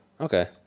Okay